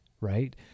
right